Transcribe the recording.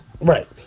Right